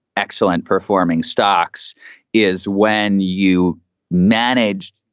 excellent performing stocks is when you managed.